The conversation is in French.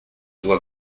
doit